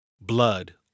blood